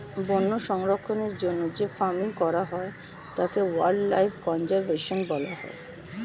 বন্যপ্রাণী সংরক্ষণের জন্য যে ফার্মিং করা হয় তাকে ওয়াইল্ড লাইফ কনজার্ভেশন বলা হয়